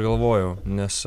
galvojau nes